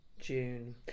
June